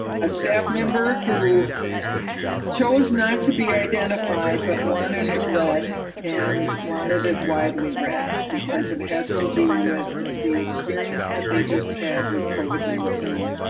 a staff member who chose not to be identified, but wanted it read and wanted it widely read because it has to do with the experience that they just had with covid nineteen,